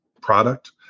product